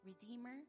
Redeemer